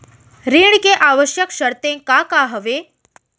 ऋण के आवश्यक शर्तें का का हवे?